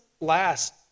last